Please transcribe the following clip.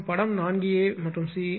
மற்றும் படம் 4 a மற்றும் c